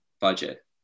budget